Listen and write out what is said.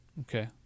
okay